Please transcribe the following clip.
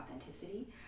authenticity